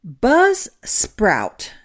Buzzsprout